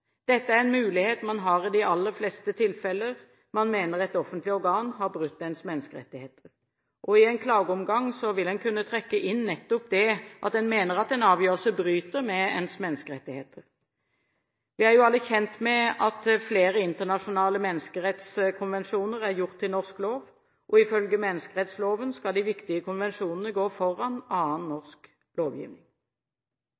Dette er en mulighet man har i de aller fleste tilfeller der man mener et offentlig organ har brutt ens menneskerettigheter. I en klageomgang vil en kunne trekke inn nettopp det at en mener at en avgjørelse bryter med ens menneskerettigheter. Vi er jo alle kjent med at flere internasjonale menneskerettskonvensjoner er gjort til norsk lov, og ifølge menneskerettsloven skal de viktige konvensjonene gå foran annen